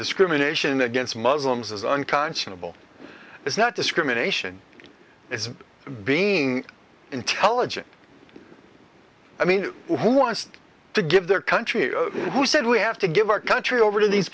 discrimination against muslims is unconscionable it's not discrimination it's being intelligent i mean who wants to give their country who said we have to give our country over to these